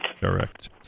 Correct